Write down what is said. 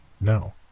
no